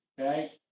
Okay